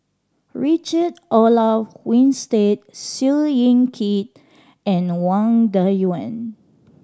Richard Olaf Winstedt Seow Yit Kin and Wang Dayuan